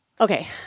Okay